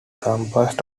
composed